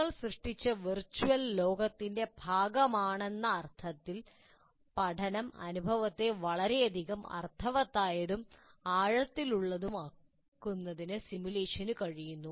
നിങ്ങൾ സൃഷ്ടിച്ച വെർച്വൽ ലോകത്തിന്റെ ഭാഗമാണെന്ന അർത്ഥത്തിൽ പഠന അനുഭവത്തെ വളരെയധികം അർത്ഥവത്തായതും ആഴത്തിലുള്ളതാക്കുന്നതും സിമുലേഷന് കഴിയും